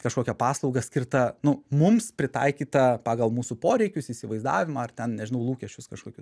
kažkokią paslaugą skirtą nu mums pritaikytą pagal mūsų poreikius įsivaizdavimą ar ten nežinau lūkesčius kažkokius